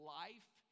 life